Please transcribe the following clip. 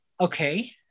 Okay